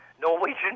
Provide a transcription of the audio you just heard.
Norwegian